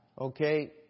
okay